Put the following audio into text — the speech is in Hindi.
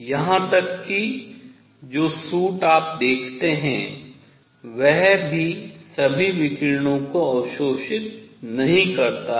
यहां तक कि जो सूट आप देखते हैं वह भी सभी विकिरण को अवशोषित नहीं करता है